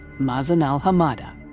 mazen al-hummada.